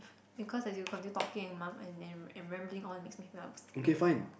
because as you continue talking and mum~ and then and rambling on it makes me feel like sleeping